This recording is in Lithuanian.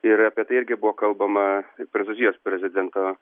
ir apie tai irgi buvo kalbama prancūzijos prezidento